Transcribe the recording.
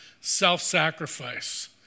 self-sacrifice